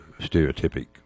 stereotypic